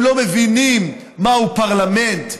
הם לא מבינים מהו פרלמנט,